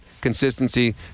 consistency